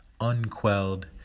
unquelled